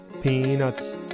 peanuts